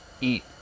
eat